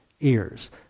ears